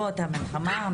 אני